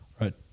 Right